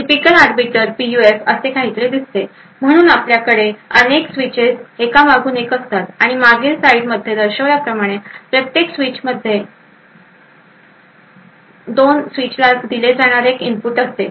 typical arbiter PUF असे काहीतरी दिसते म्हणून आपल्याकडे असे अनेक स्विचेस एकामागून एक असतात आणि मागील स्लाइडमध्ये दर्शविल्याप्रमाणे प्रत्येक स्विचमध्ये दोन्ही स्विचला दिले जाणारे एक इनपुट असते